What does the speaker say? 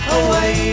away